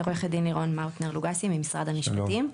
אני עו"ד לירון מאוטנר לוגסי ממשרד המשפטים.